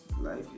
life